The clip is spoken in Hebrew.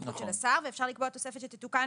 בסמכות של השר ואפשר לקבוע תוספת שתתוקן